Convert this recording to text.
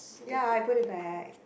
ya I put it back